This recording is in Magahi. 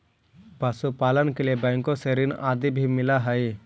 पशुपालन के लिए बैंकों से ऋण आदि भी मिलअ हई